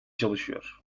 çalışıyor